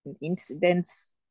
incidents